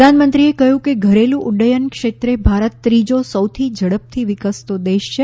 પ્રધાનમંત્રીએ કહ્યું હતું કે ઘરેલુ ઉફયન ક્ષેત્રે ભારત ત્રીજો સૌથી ઝડપથી વિકસતો દેશ છે